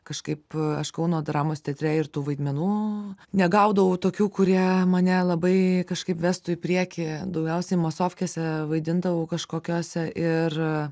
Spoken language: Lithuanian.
kažkaip aš kauno dramos teatre ir tų vaidmenų negaudavau tokių kurie mane labai kažkaip vestų į priekį daugiausiai mosovkėse vaidindavau kažkokiose ir